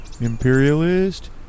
imperialist